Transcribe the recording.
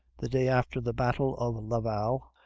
the day after the battle of la val,